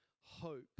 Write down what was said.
hope